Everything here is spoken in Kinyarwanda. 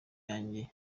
yanjye